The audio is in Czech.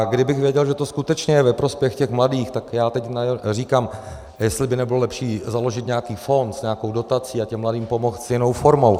Kdybych věděl, že to skutečně je ve prospěch těch mladých, tak já teď říkám, jestli by nebylo lepší založit nějaký fond s nějakou dotací a těm mladým pomoct jinou formou.